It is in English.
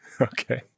Okay